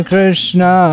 Krishna